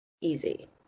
easy